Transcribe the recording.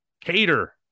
cater